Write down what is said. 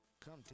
Come